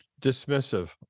dismissive